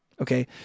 Okay